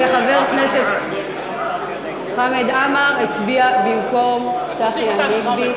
וחבר הכנסת חמד עמאר הצביע במקום צחי הנגבי,